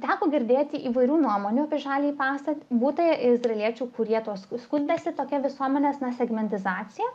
teko girdėti įvairių nuomonių apie žaliąjį pasą būta izraeliečių kurie tuos skundėsi tokia visuomenės na segmentizacija